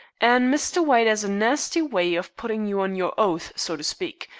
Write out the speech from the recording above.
an' mr. white as a nasty way of putting you on your oath, so to speak.